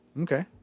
okay